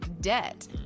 debt